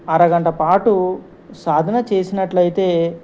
అరగంట పాటు సాధన చేసినట్లయితే